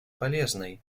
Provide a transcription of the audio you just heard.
полезной